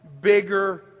bigger